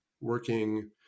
working